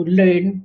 learn